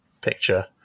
picture